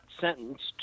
sentenced